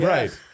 Right